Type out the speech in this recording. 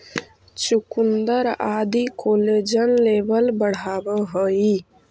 चुकुन्दर आदि collagen level बढ़ावऽ हई